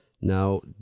Now